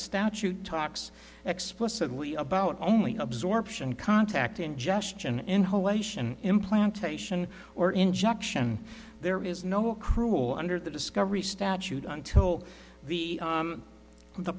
statute talks explicitly about only absorption contact ingestion inhalation implantation or injection there is no cruel under the discovery statute until the